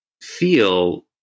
feel